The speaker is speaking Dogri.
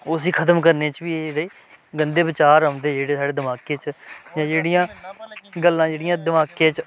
उसी खतम करने च बी एह्दे गंदे बचार औंदे जेह्ड़े साढ़े दमाकै च जां जेह्ड़ियां गल्लां जेह्ड़ियां दमाकै च